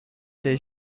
des